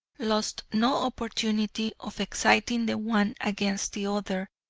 lost no opportunity of exciting the one against the other.